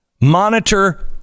Monitor